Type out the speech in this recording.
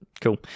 Cool